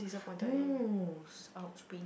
most !ouch! pain